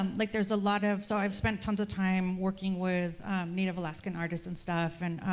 um like there's a lot of, so i've spent tons of time working with native alaskan artists and stuff, and